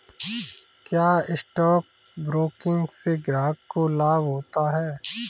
क्या stock broking से ग्राहक को लाभ होता है?